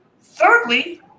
Thirdly